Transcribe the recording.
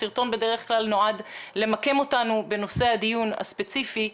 הסרטון נועד למקם אותנו בנושא הדיון הספציפי.